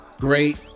Great